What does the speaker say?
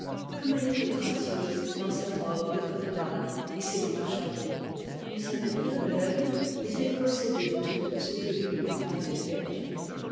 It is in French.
gomme elle était gracieuse dans ses robes de cotonnade et ses grands chapeaux elle ne savait rien de la vie mais elle possédait tout ce que lui avait perdu